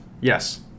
Yes